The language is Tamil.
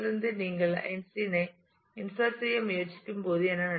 எனவே நீங்கள் ஐன்ஸ்டீனைச் இன்சட் செய்ய முயற்சிக்கும்போது என்ன நடக்கும்